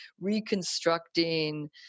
reconstructing